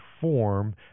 form